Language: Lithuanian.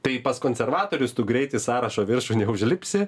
tai pas konservatorius tu greit į sąrašo viršų neužlipsi